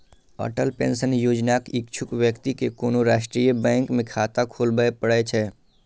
Atal pension योजनाक इच्छुक व्यक्ति कें कोनो राष्ट्रीय बैंक मे खाता खोलबय पड़ै छै